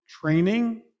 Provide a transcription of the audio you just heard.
training